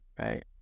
right